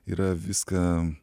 yra viską